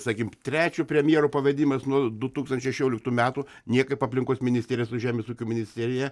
sakykim trečio premjero pavedimas nuo du tūkstančiai šešioliktų metų niekaip aplinkos ministerija su žemės ūkio ministerija